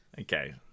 Okay